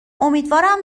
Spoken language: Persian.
امیدوارم